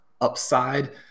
upside